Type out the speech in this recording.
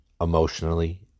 emotionally